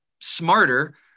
smarter